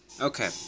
Okay